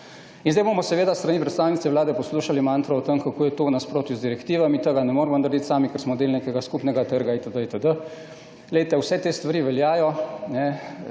Zdaj bomo s strani predstavnice vlade poslušali mantro o tem, kako je to v nasprotju z direktivami, da tega ne moremo narediti sami, ker smo del nekega skupnega trga itd., itd. Glejte, vse te stvari veljajo, ta